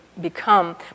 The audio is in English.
become